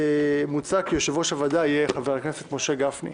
מוצע כי יושב-ראש הוועדה יהיה חבר הכנסת משה גפני.